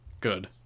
Good